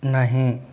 नहीं